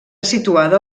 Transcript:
situada